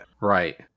Right